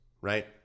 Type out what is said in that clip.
right